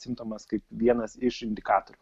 simptomas kaip vienas iš indikatorių